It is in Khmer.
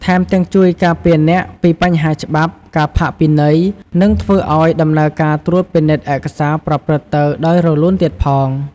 ថែមទាំងជួយការពារអ្នកពីបញ្ហាច្បាប់ ការផាកពិន័យ និងធ្វើឲ្យដំណើរការត្រួតពិនិត្យឯកសារប្រព្រឹត្តទៅដោយរលូនទៀតផង។